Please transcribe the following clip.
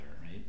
right